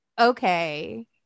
Okay